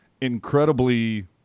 incredibly